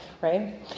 right